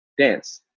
dance